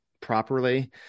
properly